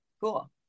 cool